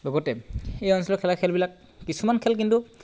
লগতে এই অঞ্চলত খেলা খেলবিলাক কিছুমান খেল কিন্তু